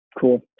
cool